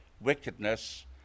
wickedness